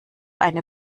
eine